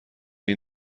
این